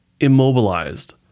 immobilized